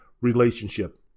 relationship